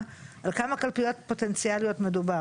על כמה קלפיות פוטנציאליות מדובר?